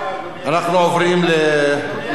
אנחנו עוברים, אדוני היושב-ראש,